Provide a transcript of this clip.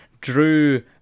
Drew